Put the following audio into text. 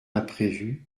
imprévue